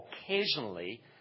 Occasionally